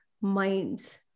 minds